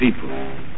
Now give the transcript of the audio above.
people